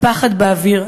הפחד באוויר,